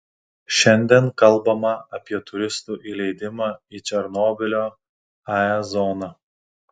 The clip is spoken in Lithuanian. šiandien kalbama apie turistų įleidimą į černobylio ae zoną